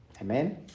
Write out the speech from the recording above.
Amen